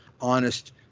honest